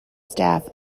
staff